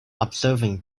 observing